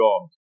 God